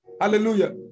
Hallelujah